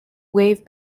wave